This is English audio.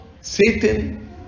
Satan